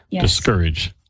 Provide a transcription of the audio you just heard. discourage